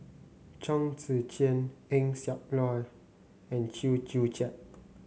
Chong Tze Chien Eng Siak Loy and Chew Joo Chiat